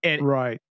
Right